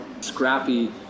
scrappy